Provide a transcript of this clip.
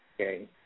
Okay